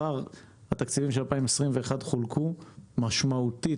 כבר התקציבים של 2021 חולקו משמעותית